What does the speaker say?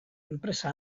enpresa